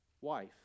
wife